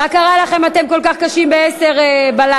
מה קרה לכם שאתם כל כך קשים בעשר בלילה?